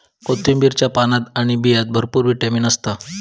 कोथिंबीरीच्या पानात आणि बियांत भरपूर विटामीन असता